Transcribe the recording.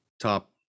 top